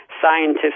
Scientists